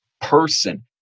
person